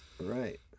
Right